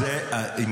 לא אמרתי.